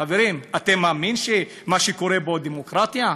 חברים, אתם מאמינים שמה שקורה פה הוא דמוקרטיה?